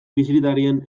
bisitarien